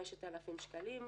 5,000 שקלים,